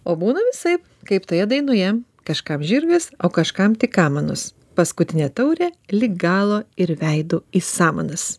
o būna visaip kaip toje dainoje kažkam žirgas o kažkam tik amanos paskutinė taurė lig galo ir veidu į samanas